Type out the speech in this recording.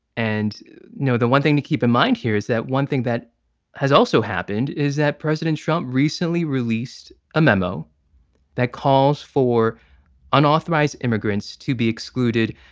and no, the one thing to keep in mind here is that one thing that has also happened is that president trump recently released a memo that calls for unauthorized immigrants to be excluded,